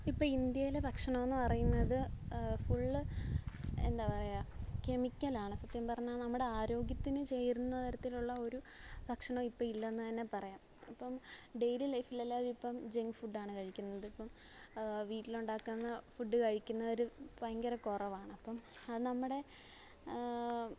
ഇപ്പോൾ ഇന്ത്യയിലെ ഭക്ഷണമെന്ന് പറയുന്നത് ഫുള്ള് എന്താപറയാ കെമിക്കലാണ് സത്യം പറഞ്ഞാൽ നമ്മുടെ ആരോഗ്യത്തിന് ചേരുന്ന തരത്തിലുള്ള ഒരു ഭക്ഷണം ഇപ്പോൾ ഇല്ലെന്ന് തന്നെ പറയാം അപ്പം ഡെയിലി ലൈഫിലെല്ലാവരും ഇപ്പം ജങ്ക് ഫുഡാണ് കഴിക്കുന്നത് ഇപ്പം വീട്ടിൽ ഉണ്ടാക്കുന്ന ഫുഡ് കഴിക്കുന്നവർ ഭയങ്കര കുറവാണ് അപ്പം അത് നമ്മുടെ